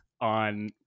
on